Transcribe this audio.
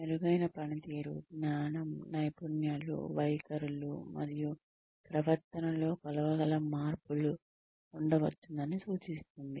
మెరుగైన పనితీరు జ్ఞానం నైపుణ్యాలు వైఖరులు మరియు ప్రవర్తనలో కొలవగల మార్పులు ఉండవచ్చునని సూచిస్తుంది